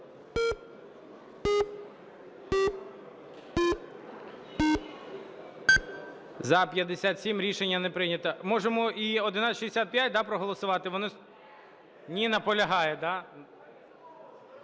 За-57 Рішення не прийнято. Можемо і 1165, да, проголосувати? Вони… Ні, наполягає.